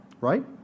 Right